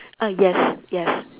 ah yes yes